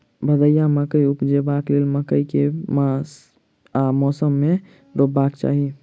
भदैया मकई उपजेबाक लेल मकई केँ बीज केँ मास आ मौसम मे रोपबाक चाहि?